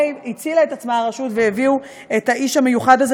הצילה את עצמה הרשות והביאו את האיש המיוחד הזה,